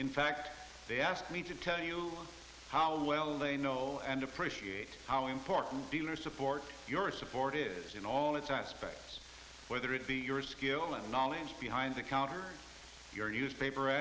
in fact they asked me to tell you how well they know and appreciate how important dealers support your support is in all its aspects whether it be your skill and knowledge behind the counter your newspaper